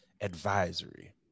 advisory